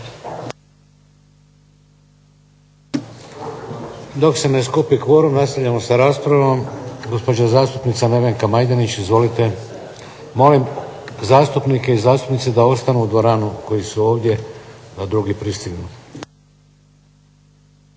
Dok se ne skupi kvorum nastavljamo sa raspravom. Gospođa zastupnica Nevenka Majdenić. Izvolite. Molim zastupnice i zastupnike da ostanu u dvorani koji su ovdje da drugi pristignu.